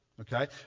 Okay